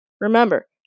remember